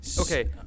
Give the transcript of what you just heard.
Okay